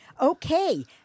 Okay